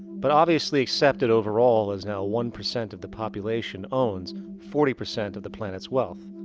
but obviously accepted overall. as now one percent of the population owns forty percent of the planet's wealth.